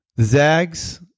Zags